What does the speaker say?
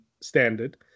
standard